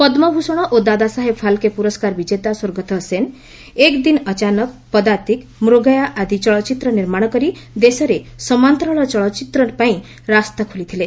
ପଦୁଭ୍ଷଣ ଓ ଦାଦା ସାହେବ୍ ଫାଲ୍କେ ପୁରସ୍କାର ବିଜେତା ସ୍ୱର୍ଗତ ସେନ୍ 'ଏକ୍ ଦିନ୍ ଅଚାନକ୍' 'ପଦାତିକ୍' ଓ 'ମୃଗୟା' ଆଦି ଚଳଚ୍ଚିତ୍ର ନିର୍ମାଣ କରି ଦେଶରେ ସମାନ୍ତରାଳ ଚଳଚ୍ଚିତ୍ର ପାଇଁ ରାସ୍ତା ଖୋଲିଥିଲେ